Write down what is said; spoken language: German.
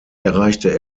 erreichte